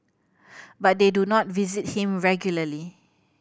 but they do not visit him regularly